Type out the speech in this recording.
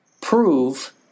prove